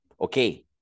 Okay